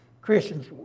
Christians